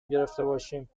گرفتهباشیم